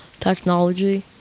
technology